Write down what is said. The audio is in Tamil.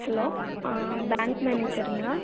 ஹலோ ஆ பேங்க் மேனேஜருங்களா